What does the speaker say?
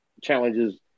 challenges